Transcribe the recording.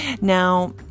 Now